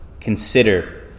consider